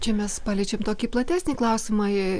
čia mes paliečiam tokį platesnį klausimą jei